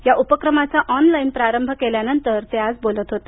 या उपक्रमाचा ऑनलाईन प्रारंभ केल्यानंतर ते बोलत होते